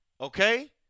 okay